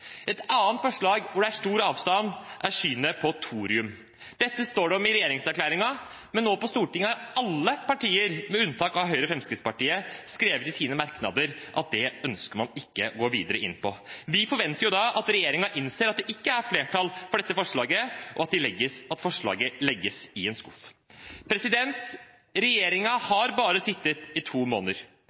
Et annet forslag hvor det er stor avstand, er i synet på thorium. Dette står det om i regjeringserklæringen, men nå på Stortinget har alle partier – med unntak av Høyre og Fremskrittspartiet – skrevet i sine merknader at det ønsker man ikke å gå videre inn på. Vi forventer jo da at regjeringen innser at det ikke er flertall for dette forslaget, og at forslaget legges i en skuff. Regjeringen har bare sittet i to måneder,